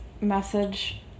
message